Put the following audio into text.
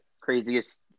craziest